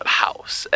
house